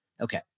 Okay